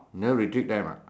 never restrict them ah